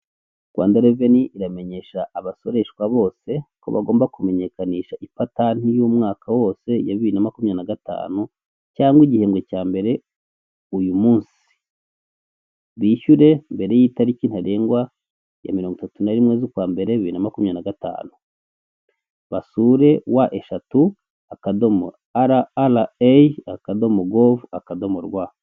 Rwanda reveni iramenyesha abasoreshwa bose ko bagomba kumenyekanisha ipatani y'umwaka wose ya bibiri na makumyabiri gatanu cyangwa igihembwe cya mbere uyu munsi bishyure mbere y'itariki ntarengwa ya mirongo itatu na rimwe z'ukwa mbere biriri na makumyabiri na gatanu basure wa eshatu ara ara ayi akadomo gove akadomo rwa.